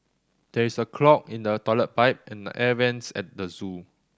there is a clog in the toilet pipe and the air vents at the zoo